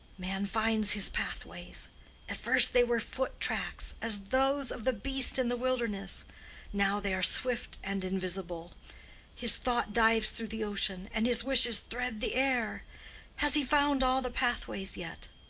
man finds his pathways at first they were foot tracks, as those of the beast in the wilderness now they are swift and invisible his thought dives through the ocean, and his wishes thread the air has he found all the pathways yet?